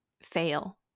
fail